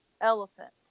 elephants